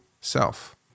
self